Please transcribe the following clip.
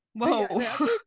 whoa